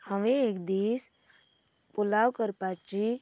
हांवें एक दीस पुलाव करपाची